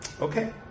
Okay